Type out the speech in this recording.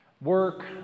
work